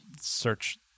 search